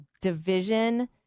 division